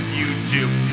YouTube